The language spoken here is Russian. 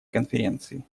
конференции